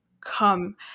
come